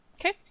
Okay